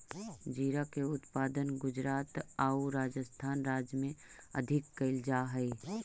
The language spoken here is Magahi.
जीरा के उत्पादन गुजरात आउ राजस्थान राज्य में अधिक कैल जा हइ